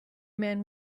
man